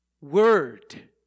word